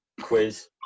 quiz